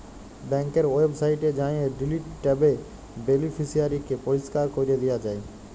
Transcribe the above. ব্যাংকের ওয়েবসাইটে যাঁয়ে ডিলিট ট্যাবে বেলিফিসিয়ারিকে পরিষ্কার ক্যরে দিয়া যায়